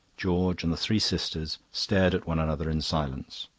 george and the three sisters stared at one another in silence.